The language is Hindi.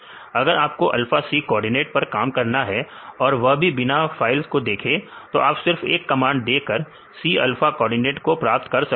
अगर आपको अल्फा C कोऑर्डिनेट पर काम करना है और वह भी बिना इन फाइल्स को देखें तो आप सिर्फ एक कमांड देकर सी अल्फा C कोऑर्डिनेट को प्राप्त कर सकते हैं